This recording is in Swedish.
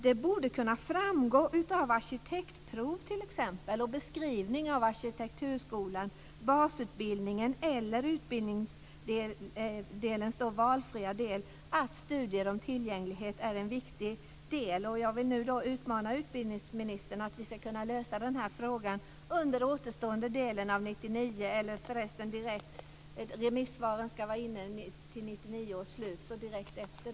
Det borde kunna framgå av t.ex. arkitektprov och beskrivning av Arkitekturskolan, basutbildningen eller utbildningens valfria del, att studier om tillgänglighet är en viktig del. Och jag vill nu utmana utbildningsministern att vi ska kunna lösa den här frågan under den återstående delen av 1999, eftersom remissvaren ska vara inne före 1999 års slut, eller direkt efter.